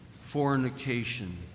fornication